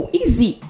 easy